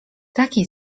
takiej